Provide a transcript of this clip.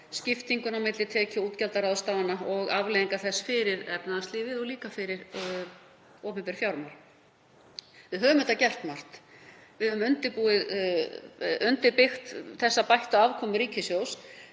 skiptinguna á milli tekju- og útgjaldaráðstafana og afleiðingar þess fyrir efnahagslífið og líka fyrir opinber fjármál. Við höfum auðvitað gert margt. Við höfum undirbyggt þessa bættu afkomu ríkissjóðs.